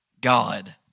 God